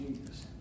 Jesus